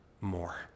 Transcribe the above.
more